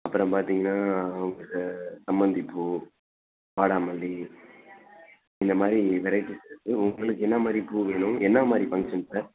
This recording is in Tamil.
அப்புறம் பார்த்தீங்கன்னா உங்களுக்கு சம்மந்தி பூ வாடாமல்லி இந்த மாதிரி வெரைட்டிஸ் இருக்கு உங்களுக்கு என்ன மாதிரி பூ வேணும் என்ன மாதிரி ஃபங்க்ஷன் சார்